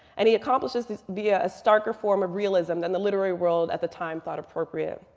and he accomplishes this via a starker form of realism than the literary world at the time thought appropriate.